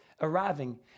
arriving